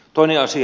toinen asia